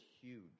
huge